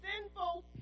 sinful